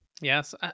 Yes